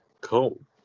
Cool